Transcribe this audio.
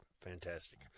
Fantastic